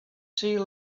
sea